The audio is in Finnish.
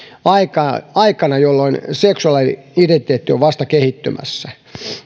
aikana jolloin seksuaali identiteetti on vasta kehittymässä